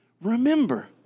remember